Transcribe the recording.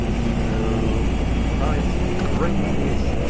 so and bytes three is